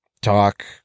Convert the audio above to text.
talk